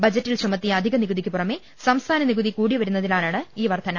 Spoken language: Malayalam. ബജറ്റിൽ ചുമത്തിയ അധിക നികുതിക്ക് പുറമെ സംസ്ഥാന നികുതി കൂടി വരുന്നതിനാലാണ് ഈ വർധന